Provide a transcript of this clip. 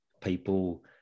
people